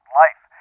life